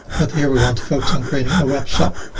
but here we want to focus on creating a web shop.